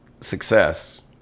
success